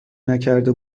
نکرده